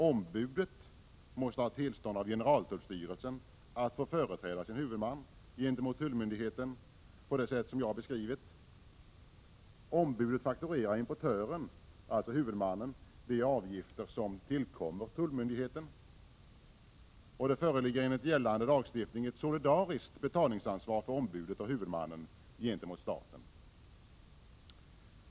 Ombudet måste ha tillstånd av generaltullstyrelsen att företräda sin huvudman gentemot tullmyndigheten på det sätt jag beskrivit. Ombudet fakturerar importören, alltså huvudmannen, de avgifter som tillkommer tullmyndigheten. Det föreligger enligt gällande lagstiftning ett solidariskt betalningsansvar för ombudet och huvudmannen gentemot staten.